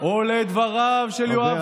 או לדבריו של יואב קיש.